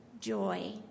joy